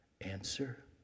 answer